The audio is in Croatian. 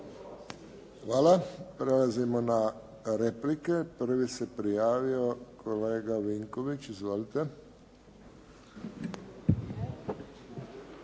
Hvala. Prelazimo na replike. Prvi se prijavio kolega Vinković. Izvolite.